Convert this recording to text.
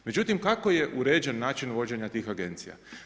Međutim kak je uređen način vođenja tih agencija?